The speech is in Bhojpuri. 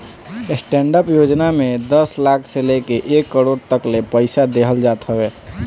स्टैंडडप योजना में दस लाख से लेके एक करोड़ तकले पईसा देहल जात हवे